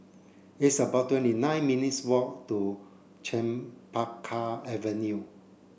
it's about twenty nine minutes' walk to Chempaka Avenue